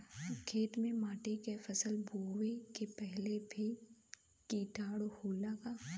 खेत के माटी मे फसल बोवे से पहिले भी किटाणु होला का?